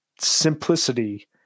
simplicity